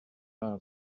out